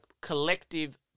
collective